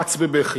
ופרץ בבכי.